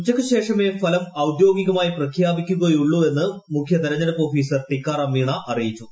ഉച്ചയ്ക്കു ശേഷമേ ഫലം ഔദ്യോഗികമായി പ്രഖ്യാപിക്കുകയുള്ളൂവെന്ന് മുഖ്യതെരഞ്ഞെടുപ്പ് ഓഫീസർ ടിക്കാറാം മീണ അറിയിച്ചു